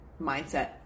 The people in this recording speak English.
mindset